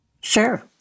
Sure